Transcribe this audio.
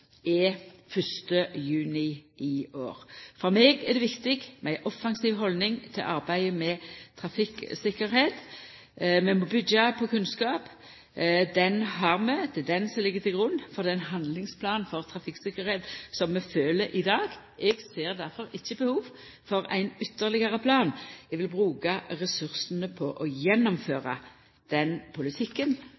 er 1. juni i år. For meg er det viktig med ei offensiv haldning til arbeidet med trafikktryggleik. Vi må byggja på kunnskap. Den har vi. Det er det som må leggjast til grunn for den handlingsplanen for trafikktryggleik som vi følgjer i dag. Eg ser derfor ikkje behov for ein ytterlegare plan. Eg vil bruka ressursane på å